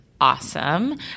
awesome